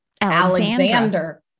Alexander